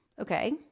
Okay